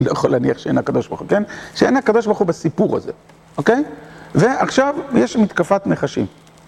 לא יכול להניח שאין הקדוש ברוך הוא, כן? שאין הקדוש ברוך הוא בסיפור הזה, אוקיי? ועכשיו, יש מתקפת נחשים.